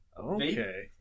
Okay